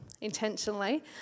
intentionally